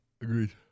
Agreed